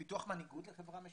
פיתוח מנהיגות לחברה משותפת,